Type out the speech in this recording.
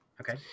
Okay